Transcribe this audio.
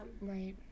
Right